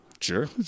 sure